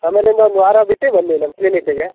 ಆಮೇಲಿಂದ ಇನ್ನೊಂದು ವಾರ ಬಿಟ್ಟು ಬನ್ನಿ ನಮ್ಮ ಕ್ಲಿನಿಕ್ಕುಗೆ